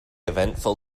eventful